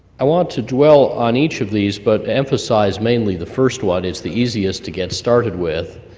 i want to dwell on each of these, but emphasize mainly the first one is the easiest to get started with.